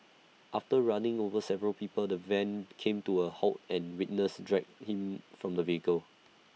after running over several people the van came to A halt and witnesses dragged him from the vehicle